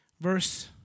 Verse